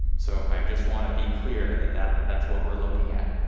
so i um just want to be clear that that that's what we're looking at.